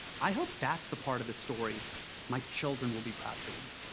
i hope that's the part of the story my children will be proud to read.